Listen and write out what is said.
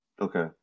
Okay